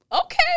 okay